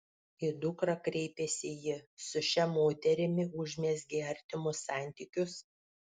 į dukrą kreipėsi ji su šia moterimi užmezgei artimus santykius